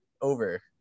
Over